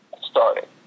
started